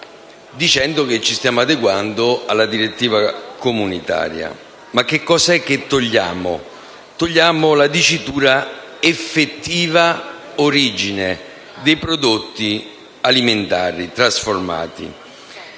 dicendo che ci stiamo adeguando alla direttiva comunitaria. Ma che cosa eliminiamo? La dicitura «effettiva origine» dei prodotti alimentari trasformati